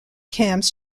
camps